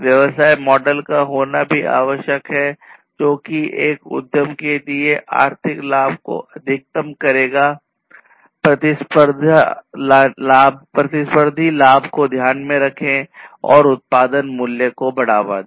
व्यवसाय मॉडल का होना भी आवश्यक है जो कि एक उद्यम के लिए आर्थिक लाभ को अधिकतम करेगा प्रतिस्पर्धी लाभ को ध्यान में रखें और उत्पाद मूल्य बढ़ावा दे